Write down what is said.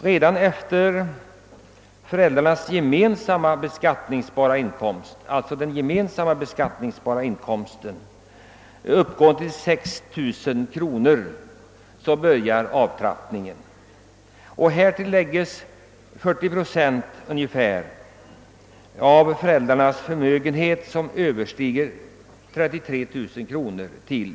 Redan då föräldrarna har en gemensam beskattningsbar inkomst som uppgår till 6 000 kronor börjar avtrappningen. Vidare läggs till den beskattningsbara inkomsten ungefär 40 procent av den del av föräldrarnas förmögenhet som överstiger 33 000 kronor.